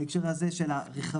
בהקשר הזה של ה"רחבים",